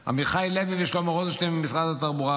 לעמיחי לוי ושלמה רוזנשטיין ממשרד התחבורה,